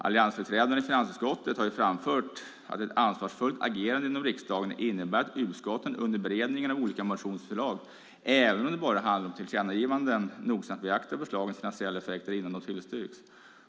Alliansens företrädare i finansutskottet har framfört att ett ansvarsfullt agerande i riksdagen innebär att utskotten under beredningen av olika motionsförslag, även om det bara handlar om tillkännagivanden, nogsamt ska beakta förslagens finansiella effekter innan de tillstyrks.